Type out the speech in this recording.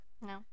no